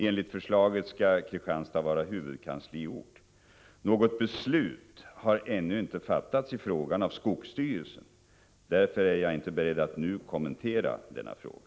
Enligt förslaget skall Kristianstad vara huvudkansliort. Något beslut har ännu inte fattats i frågan av skogsstyrelsen. Därför är jag inte beredd att nu kommentera denna fråga.